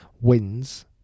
wins